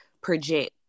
project